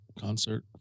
concert